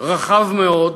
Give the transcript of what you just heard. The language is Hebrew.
רחב מאוד,